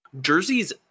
Jersey's